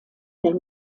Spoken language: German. der